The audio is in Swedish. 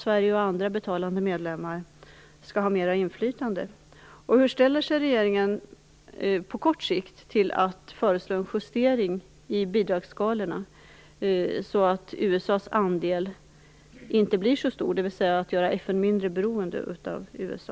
Sverige och andra betalande medlemmar skall ha mera inflytande? Hur ställer sig regeringen på kort sikt till att föreslå en justering i bidragsskalorna så att USA:s andel inte blir så stor, dvs. att göra FN mindre beroende av USA?